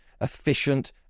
efficient